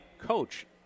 coach